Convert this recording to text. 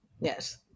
Yes